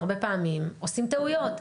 הרבה פעמים עושים טעויות.